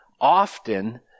often